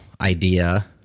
idea